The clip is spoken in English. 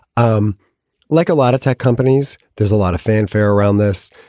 um like a lot of tech companies, there's a lot of fanfare around this.